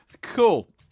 Cool